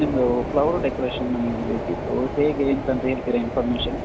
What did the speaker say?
ನಿಮ್ಮದು flower decoration ನಮ್ಗೆ ಒಂದು ಬೇಕಿತ್ತು ಹೇಗೆ ಎಂತ ಅಂತ ಹೇಳ್ತಿರಾ ಇನ್ಫರ್ಮೇಷನ್